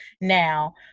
now